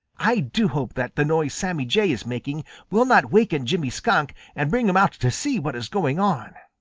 i do hope that the noise sammy jay is making will not waken jimmy skunk and bring him out to see what is going on.